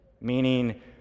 meaning